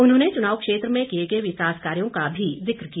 उन्होंने चुनाव क्षेत्र में किए गए विकास कार्यों का भी जिक्र किया